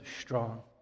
strong